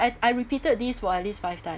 and I repeated this for at least five time